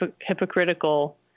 hypocritical